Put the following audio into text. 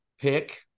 pick